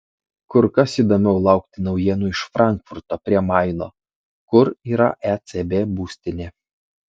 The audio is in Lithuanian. kur kas įdomiau laukti naujienų iš frankfurto prie maino kur yra ecb būstinė